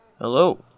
Hello